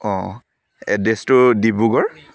অঁ এড্ৰেছটো ডিব্ৰুগড়